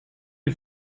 you